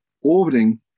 orbiting